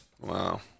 Wow